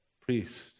priest